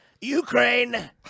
Ukraine